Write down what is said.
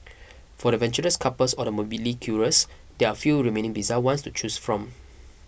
for the adventurous couples or the morbidly curious there are few remaining bizarre ones to choose from